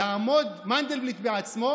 יעמוד מנדלבליט בעצמו?